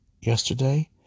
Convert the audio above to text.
yesterday